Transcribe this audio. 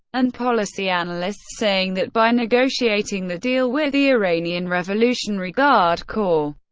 and policy analysts saying that by negotiating the deal with the iranian revolutionary guard corps,